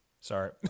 Sorry